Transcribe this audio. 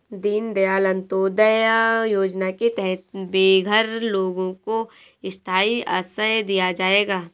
दीन दयाल अंत्योदया योजना के तहत बेघर लोगों को स्थाई आश्रय दिया जाएगा